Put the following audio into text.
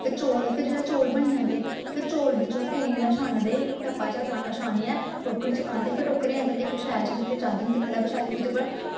फिर चौल फिर जेल्लै चौल बनी जंदे फिर चौल बिच्चा पूनियै नै छानदे टप्पै चा छानियै टोकरे च पांदे फिर टोकरे गी अंदर इक शैल जेही चादर होंदी इक थैल्ल बछाई दी ओह्दे पर